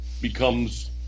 becomes